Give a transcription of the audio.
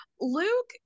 luke